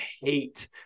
hate